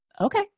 Okay